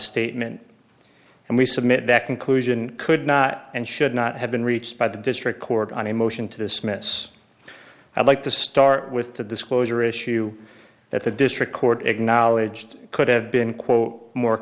statement and we submit that conclusion could not and should not have been reached by the district court on a motion to dismiss i'd like to start with the disclosure issue that the district court acknowledged could have been quote more